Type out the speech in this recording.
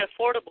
affordable